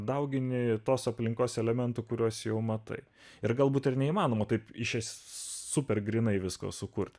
daugini tos aplinkos elementų kuriuos jau matai ir galbūt ir neįmanoma taip iš super grinai visko sukurti